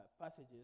passages